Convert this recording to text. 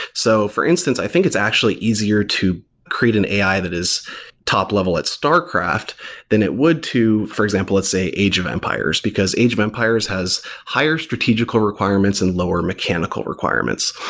so, for instance, i think it's actually easier to create an ai that is top-level at starcraft than it would to, for example, let's say age of empires, because age of empires has higher strategical requirements and lower mechanical requirements.